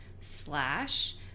slash